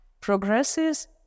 progresses